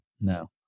No